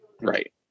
Right